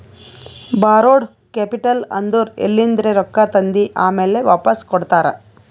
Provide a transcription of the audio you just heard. ಬಾರೋಡ್ capital ಅಂದುರ್ ಎಲಿಂದ್ರೆ ರೊಕ್ಕಾ ತಂದಿ ಆಮ್ಯಾಲ್ ವಾಪಾಸ್ ಕೊಡ್ತಾರ